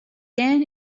then